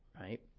right